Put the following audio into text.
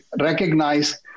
recognize